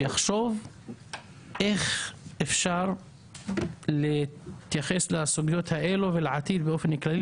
שיחשוב איך אפשר להתייחס לסוגיות האלה ולעתיד באופן כללי